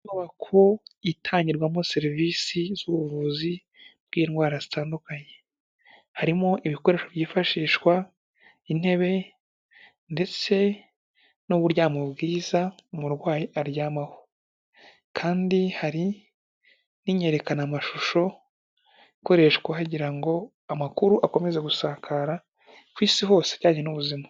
Inyubako itangirwamo serivisi z'ubuvuzi bw'indwara zitandukanye, harimo ibikoresho byifashishwa, intebe ndetse n'uburyamo bwiza umurwayi aryamaho kandi hari n'inyerekanamashusho ikoreshwa hagira ngo amakuru akomeze gusakara ku isi hose mu bijyanye n'ubuzima.